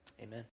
amen